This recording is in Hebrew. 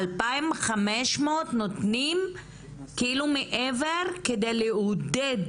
ה-2,500₪ נותנים לה אותם כאילו מעבר ועל מנת לעודד